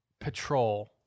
patrol